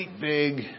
big